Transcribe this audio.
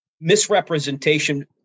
misrepresentation